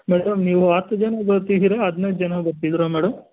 madam ನೀವು ಹತ್ತು ಜನ ಬರ್ತಿದ್ದೀರಾ ಹದಿನೈದು ಜನ ಬರ್ತಿದ್ದೀರಾ ಮೇಡಮ್